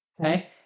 okay